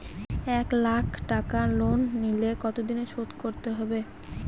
এক লাখ টাকা লোন নিলে কতদিনে শোধ করতে হবে?